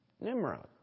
Nimrod